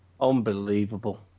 Unbelievable